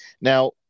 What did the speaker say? Now